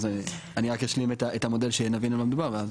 אני רק אשלים את המודל שנבין על מה מדובר.